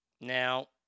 Now